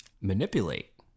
manipulate